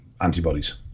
antibodies